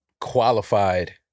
qualified